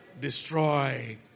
Destroy